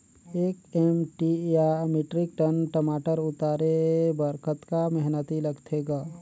एक एम.टी या metric ton टमाटर उतारे बर कतका मेहनती लगथे ग?